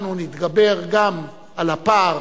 אנחנו נתגבר גם על הפער